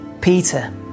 Peter